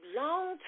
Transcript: long